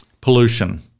pollution